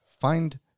find